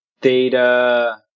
data